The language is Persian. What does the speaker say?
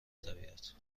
طبیعت